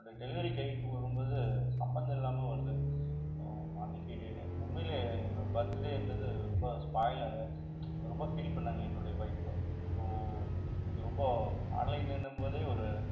but delivery கைக்கு வரும்போது சம்பந்தம் இல்லாமல் வருது அன்னைக்கு உண்மைலேயே என்னோட பர்த்டேன்றது ரொம்ப ஸ்பாயில் ஆகி ரொம்ப ஃபீல் பண்ணாங்க என்னுடைய ஒய்ஃபு ஸோ எனக்கு ரொம்ப ஆன்லைனுன்னும் போது ஒரு